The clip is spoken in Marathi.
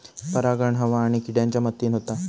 परागण हवा आणि किड्यांच्या मदतीन होता